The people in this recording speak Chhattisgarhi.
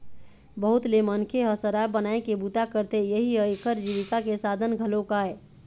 बहुत ले मनखे ह शराब बनाए के बूता करथे, इहीं ह एखर जीविका के साधन घलोक आय